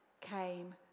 came